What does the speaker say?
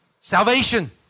Salvation